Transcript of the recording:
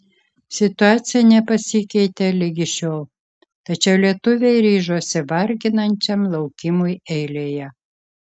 situacija nepasikeitė ligi šiol tačiau lietuviai ryžosi varginančiam laukimui eilėje